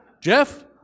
Jeff